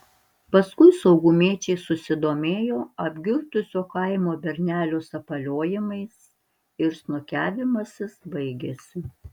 paskui saugumiečiai susidomėjo apgirtusio kaimo bernelio sapaliojimais ir snukiavimasis baigėsi